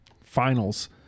finals